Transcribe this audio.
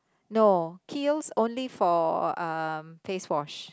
no Kiehl's only for uh face wash